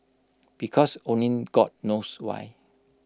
because only God knows why